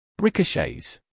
Ricochets